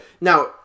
Now